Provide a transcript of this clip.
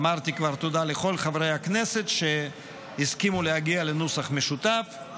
אמרתי כבר תודה לכל חברי הכנסת שהסכימו להגיע לנוסח משותף.